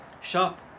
Shop